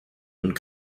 und